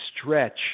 stretch